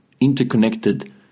interconnected